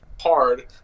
hard